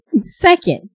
Second